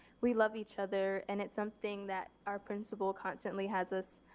we love each other and it's something that our principal constantly has us